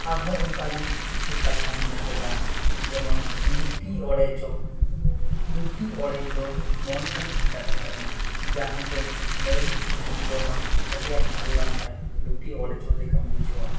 ᱟᱨ ᱦᱚᱸ ᱚᱱᱠᱟᱜᱮ ᱠᱤᱪᱷᱩ ᱠᱟᱛᱷᱟ ᱢᱮᱱᱟᱜ ᱟᱠᱟᱫᱟ ᱡᱮᱢᱚᱱ ᱞᱩᱴᱤ ᱚᱲᱮᱡᱚᱜ ᱞᱩᱴᱤ ᱚᱲᱮᱡ ᱫᱚ ᱱᱚᱝᱠᱟᱱ ᱵᱷᱮᱱᱛᱟ ᱠᱟᱛᱷᱟ ᱠᱟᱱᱟ ᱡᱟᱦᱟᱸ ᱫᱚ ᱢᱟᱨᱤᱪ ᱡᱩᱫᱤᱢ ᱡᱚᱢᱟ ᱟᱹᱰᱤ ᱟᱸᱴ ᱡᱷᱟᱞ ᱞᱮᱢ ᱠᱷᱟᱱ ᱞᱩᱴᱤ ᱚᱲᱮᱡᱚᱜ ᱞᱮᱠᱟᱢ ᱵᱩᱡᱷᱟᱹᱣᱟ